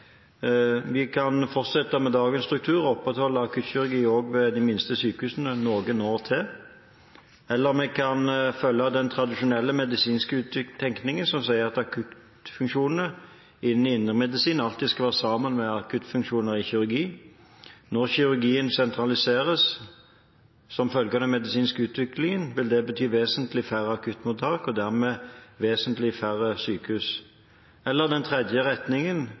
Vi kan fortsette med dagens struktur og opprettholde akuttkirurgi også ved de minste sykehusene noen år til. Vi kan følge den tradisjonelle medisinske tenkningen som sier at akuttfunksjonene i indremedisin alltid skal være sammen med akuttfunksjoner i kirurgi. Når kirurgien sentraliseres som følge av den medisinske utviklingen, vil det bety vesentlig færre akuttmottak og dermed vesentlig færre sykehus.